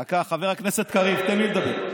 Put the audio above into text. דקה, חבר הכנסת קריב, תן לי לדבר.